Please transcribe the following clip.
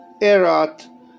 erat